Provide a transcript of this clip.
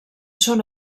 són